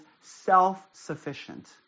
self-sufficient